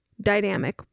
dynamic